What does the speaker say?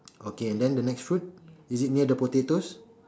okay then the next fruit is it near the potatoes